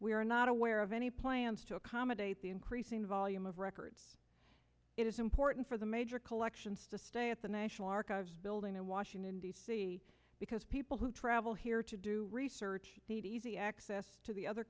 we are not aware of any plans to accommodate the increasing volume of records it is important for the major collections to stay at the national archives building in washington d c because people who travel here to do research deedes e access to the other